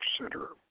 center